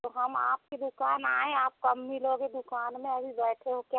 तो हम आपकी दुकान आएँ आप कब मिलोगे दुकान में अभी बैठे हो क्या